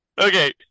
Okay